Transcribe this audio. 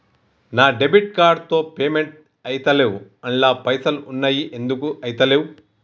నా debit card తో payment ఐతలేవ్ అండ్ల పైసల్ ఉన్నయి ఎందుకు ఐతలేవ్?